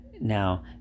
Now